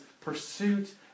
pursuit